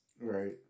Right